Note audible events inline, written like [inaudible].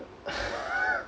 [laughs]